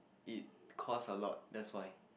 it cost a lot that's why